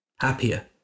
happier